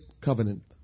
covenant